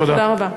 תודה רבה.